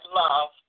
love